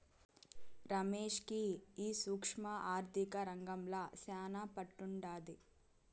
రమేష్ కి ఈ సూక్ష్మ ఆర్థిక రంగంల శానా పట్టుండాది